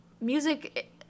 music